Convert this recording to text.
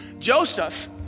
Joseph